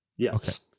Yes